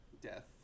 death